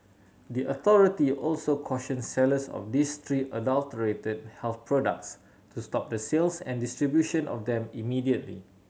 the authority also cautioned sellers of these three adulterated health products to stop the sales and distribution of them immediately